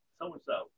so-and-so